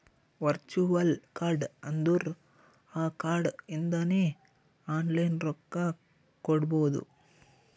virtual card ಅಂದುರ್ ಆ card ಇಂದಾನೆ ಆನ್ಲೈನ್ ರೊಕ್ಕಾ ಕೊಡ್ಬೋದು